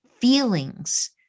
feelings